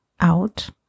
out